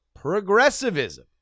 progressivism